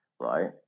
Right